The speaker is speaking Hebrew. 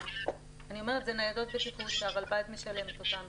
אני אומרת, אלה ניידות שהרלב"ד משלמת אותן,